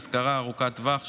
השכרה ארוכת טווח,